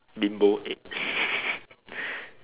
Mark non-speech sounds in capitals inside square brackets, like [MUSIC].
bimbo head [LAUGHS]